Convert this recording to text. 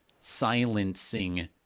silencing